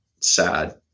sad